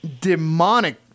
demonic